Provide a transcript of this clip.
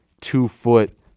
two-foot